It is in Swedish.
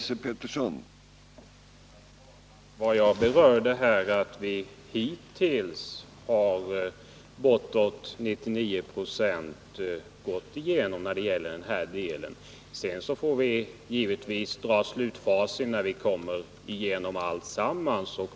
Herr talman! Vad jag anförde var att förslagen i budgetpropositionen hittills har gått igenom med bortåt 99 24. Sedan får vi givetvis se hur facit slutgiltigt ser ut, när vi behandlat alltsammans.